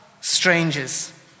strangers